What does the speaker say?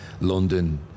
London